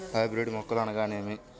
Hybrid మొక్కలు అనగానేమి?